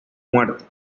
muerte